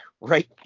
Right